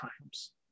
times